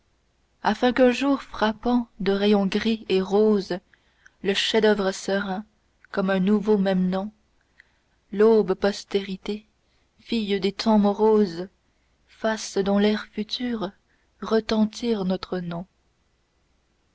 afin qu'un jour frappant de rayons gris et roses le chef-d'oeuvre serein comme un nouveau memnon l'aube-postérité fille des temps moroses fasse dans l'air futur retentir notre nom